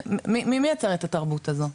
מי מייצר את התרבות הזו?